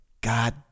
God